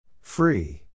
Free